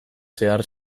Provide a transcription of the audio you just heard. zehar